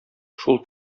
шул